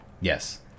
Yes